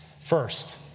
First